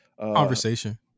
Conversation